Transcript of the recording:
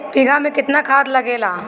एक बिगहा में केतना खाद लागेला?